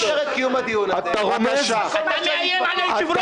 --- מאשר את קיום הדיון --- אתה מאיים על היושב-ראש.